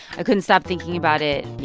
ah couldn't stop thinking about it. yeah.